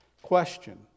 Question